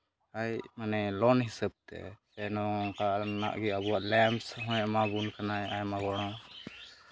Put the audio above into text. ᱢᱟᱱᱮ ᱞᱚᱱ ᱦᱤᱥᱟᱹᱵ ᱛᱮ ᱱᱚᱝᱠᱟᱱᱟᱜ ᱜᱮ ᱟᱵᱚᱣᱟᱜ ᱞᱮᱢᱯᱥ ᱦᱚᱭ ᱮᱢᱟᱵᱚᱱ ᱠᱟᱱᱟᱭ ᱟᱭᱢᱟ ᱦᱚᱲ ᱦᱚᱸ